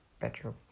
bedroom